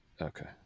Okay